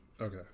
Okay